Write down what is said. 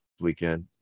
weekend